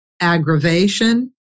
aggravation